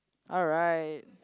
alright